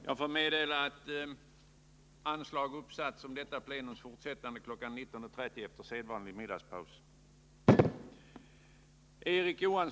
Jag får meddela att anslag har uppsatts om detta plenums fortsättande kl. 19.30 efter sedvanlig middagspaus.